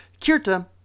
Kirta